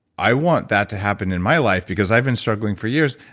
i want that to happen in my life because i've been struggling for years.